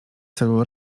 celu